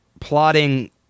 plotting